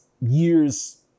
year's